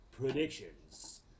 predictions